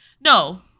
No